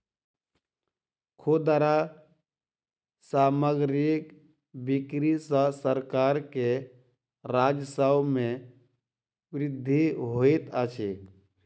खुदरा सामग्रीक बिक्री सॅ सरकार के राजस्व मे वृद्धि होइत अछि